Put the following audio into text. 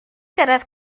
gyrraedd